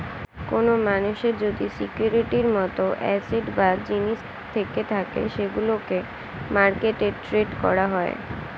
কোন মানুষের যদি সিকিউরিটির মত অ্যাসেট বা জিনিস থেকে থাকে সেগুলোকে মার্কেটে ট্রেড করা হয়